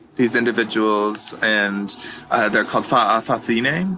these individuals and they're called fa'afafine.